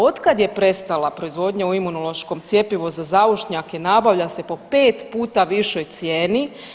Od kad je prestala proizvodnja u Imunološkom cjepivu za zaušnjake nabavlja se po pet puta višoj cijeni.